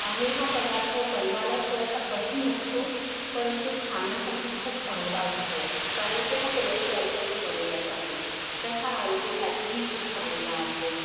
आणि हा पदार्थ बनवायला थोडासा कठीण असतो परंतु खाण्यासाठी खूप चांगला असतो कारण की हा चण्याच्या डाळीपासून बनवला जातो तर हा आरोग्यासाठीही खूप चांगला आहे